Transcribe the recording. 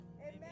Amen